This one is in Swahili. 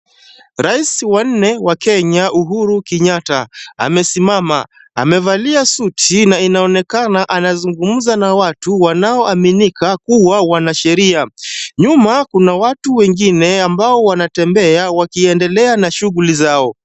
Rais wa nne wa Kenya Uhuru Kenyatta amesimama. Amevalia suti na inaonekana anazungumza na watu wanaoaminika kuwa wanasheria. Nyuma kuna watu wengine ambao wanatembea wakiendelea na shughuli zao.